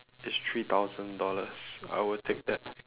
it's three thousand dollars I will take that